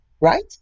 Right